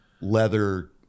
leather